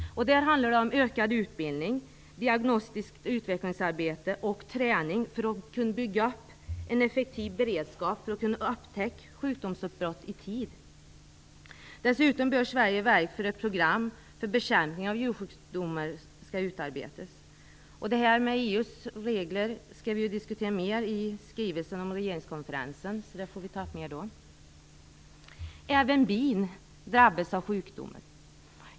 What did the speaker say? Det handlar om ökad utbildning, diagnostiskt utvecklingsarbete och träning för att kunna bygga upp en effektiv beredskap att upptäcka sjukdomsutbrott i tid. Dessutom bör Sverige verka för hur ett program för bekämpning av djursjukdomar skall utarbetas. EU:s regler skall vi vidare diskutera i skrivelsen om regeringskonferensen. Även bin drabbas av sjukdomar.